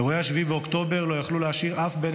אירועי 7 באוקטובר לא יכלו להשאיר אף בן